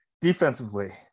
Defensively